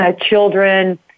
children